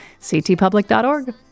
ctpublic.org